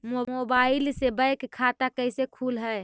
Mobile से bank खाता कैसे खुल है?